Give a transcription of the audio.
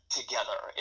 together